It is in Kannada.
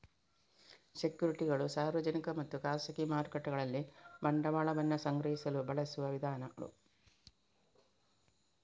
ಸೆಕ್ಯುರಿಟಿಗಳು ಸಾರ್ವಜನಿಕ ಮತ್ತು ಖಾಸಗಿ ಮಾರುಕಟ್ಟೆಗಳಲ್ಲಿ ಬಂಡವಾಳವನ್ನ ಸಂಗ್ರಹಿಸಲು ಬಳಸುವ ವಿಧಾನಗಳು